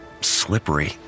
slippery